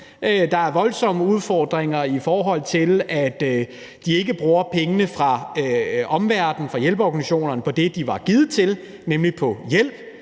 der er voldsomme udfordringer med, at de ikke bruger pengene fra omverdenen, fra hjælpeorganisationerne, på det, de er givet til, nemlig på hjælp,